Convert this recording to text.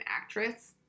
actress